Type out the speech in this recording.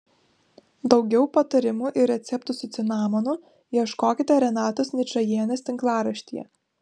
daugiau patarimų ir receptų su cinamonu ieškokite renatos ničajienės tinklaraštyje